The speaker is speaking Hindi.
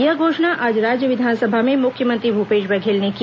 यह घोषणा आज राज्य विधानसभा में मुख्यमंत्री भूपेश बधेल ने की